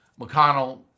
McConnell